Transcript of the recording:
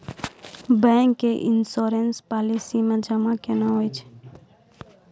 Bank के insurance policy मे जमा केना होय छै?